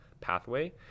pathway